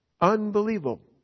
unbelievable